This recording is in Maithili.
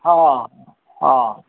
हँ हँ